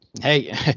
hey